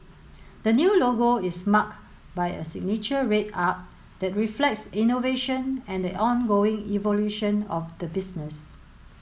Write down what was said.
the new logo is marked by a signature red arc that reflects innovation and the ongoing evolution of the business